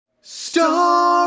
Star